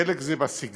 חלק הוא הסגנון: